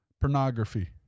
pornography